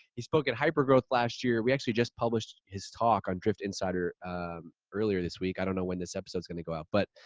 he spoke at hypergrowth last year. we actually just published his talk on driftinsider earlier this week. i don't know when this episode's gonna go out. but,